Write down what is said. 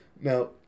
Now